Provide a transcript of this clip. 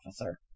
officer